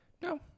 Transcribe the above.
No